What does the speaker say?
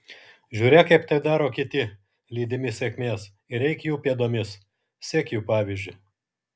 žiūrėk kaip tai daro kiti lydimi sėkmės ir eik jų pėdomis sek jų pavyzdžiu